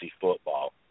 football